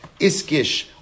Iskish